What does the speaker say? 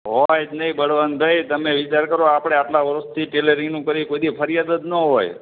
હોય જ નહીં બળવંતભાઈ તમે વિચાર કરો આપણે આટલાં વરસથી ટેલરિંગનું કરીએ કોઈ દિવસ ફરિયાદ જ ન હોય